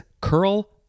curl